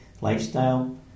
lifestyle